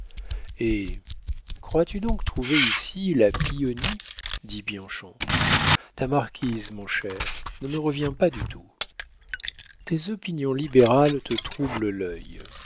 eh crois-tu donc trouver ici la pie au nid dit bianchon ta marquise mon cher ne me revient pas du tout tes opinions libérales te troublent l'œil